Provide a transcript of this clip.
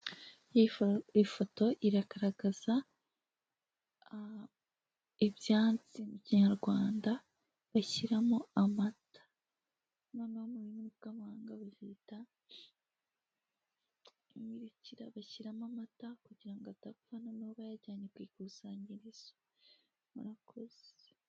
Ifoto iragaragaza ibyansi mu kinyarwanda bashyiramo amata noneho mu rurimi rw'amagahanga babyita imibirikira bashyiramo amata kugira ngo adapfa, noneho bayajyanye ku ikusanyirizo murakoze.